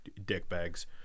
dickbags